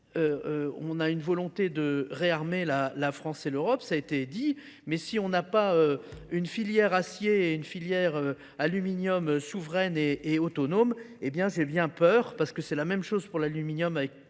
On a une volonté de réarmer la France et l'Europe, ça a été dit, mais si on n'a pas Une filière acier et une filière aluminium souveraine et autonome, eh bien j'ai bien peur, parce que c'est la même chose pour l'aluminium